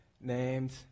named